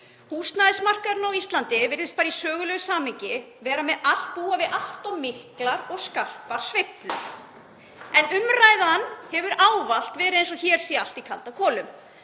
Húsnæðismarkaðurinn á Íslandi virðist bara í sögulegu samhengi búa við allt of miklar og skarpar sveiflur. Umræðan hefur ávallt verið eins og hér sé allt í kalda kolum.